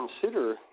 consider